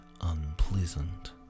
unpleasant